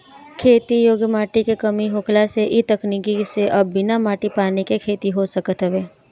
खेती योग्य माटी के कमी होखला से इ तकनीकी से अब बिना माटी पानी के खेती हो सकत हवे